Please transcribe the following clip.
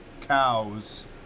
cows